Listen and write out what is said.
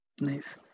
Nice